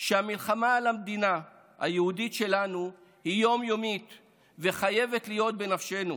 שהמלחמה על המדינה היהודית שלנו היא יום-יומית וחייבת להיות בנפשנו.